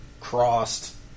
crossed